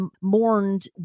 mourned